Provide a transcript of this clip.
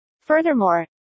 furthermore